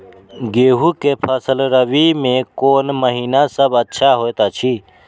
गेहूँ के फसल रबि मे कोन महिना सब अच्छा होयत अछि?